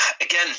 again